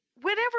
whenever